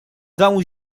dawn